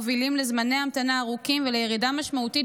מובילה לזמני ההמתנה ארוכים ולירידה משמעותית